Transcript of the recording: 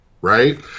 Right